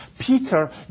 Peter